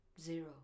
Zero